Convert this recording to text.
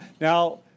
Now